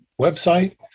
website